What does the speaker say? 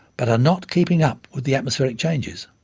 but are not keeping up with the atmospheric changes.